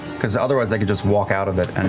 because otherwise they could just walk out of it and